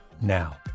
now